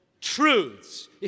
truths